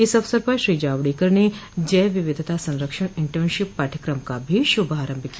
इस अवसर पर श्री जावडेकर ने जैव विविधता संरक्षण इंटर्नशिप पाठ्यक्रम का भी शुभारंभ किया